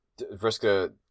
Vriska